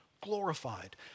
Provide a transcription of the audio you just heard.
glorified